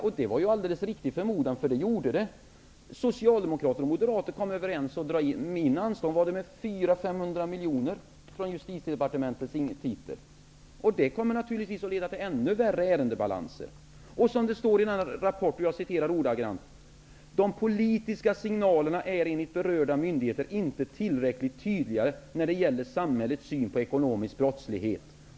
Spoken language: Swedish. Och det var en alldeles riktig förmodan, för så blev det. Socialdemokrater och moderater kom överens om att dra in anslagen med 400--500 miljoner från Justitiedepartementets egen titel. Detta kommer naturligtvis att leda till ännu större ärendebalanser. Jag läser ordagrannt ur rapporten: ''De politiska signalerna är enligt berörda myndigheter inte tillräckligt tydliga när det gäller samhällets syn på ekonomisk brottslighet''.